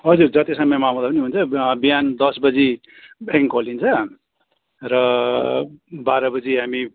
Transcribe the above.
हजुर जति समयमा आउँदा नि हुन्छ बिहान दस बजी ब्याङ्क खोलिन्छ र बाह्र बजी हामी